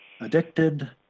addicted